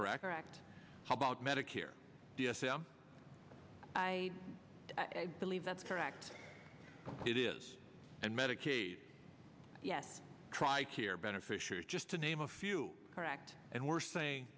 correct how about medicare d s m i i believe that's correct it is and medicaid yes tri care beneficiary just to name a few correct and we're saying